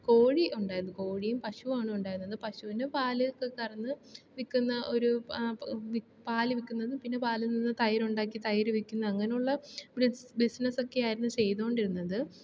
കോഴി ഉണ്ടായിരുന്നു കോഴിയും പശുവാണ് ഉണ്ടായിരുന്നത് പശുവിന് പാലൊക്കെ കറന്നു വിൽക്കുന്ന ഒരു പാല് വിൽക്കുന്നതും പാലിൽ നിന്നു തൈര് ഉണ്ടാക്കി തൈര് വിൽക്കുന്ന അങ്ങനെയുള്ള ബിസ് ബിസിനസൊക്കേയായിരുന്നു ചെയ്തു കൊണ്ടിരുന്നത്